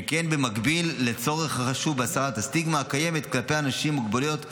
שכן במקביל לצורך החשוב בהסרת הסטיגמה הקיימת כלפי אנשים עם מוגבלויות,